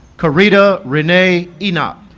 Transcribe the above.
kereida renee enoch